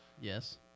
Yes